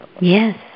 Yes